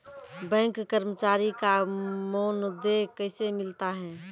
Bank कर्मचारी का मानदेय कैसे मिलता हैं?